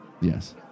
Yes